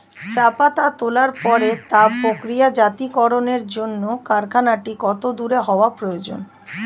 চা পাতা তোলার পরে তা প্রক্রিয়াজাতকরণের জন্য কারখানাটি কত দূর হওয়ার প্রয়োজন?